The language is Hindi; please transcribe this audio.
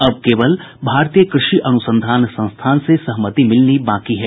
अब केवल भारतीय कृषि अनुसंधान संस्थान से सहमति मिलनी बाकी है